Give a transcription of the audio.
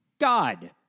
God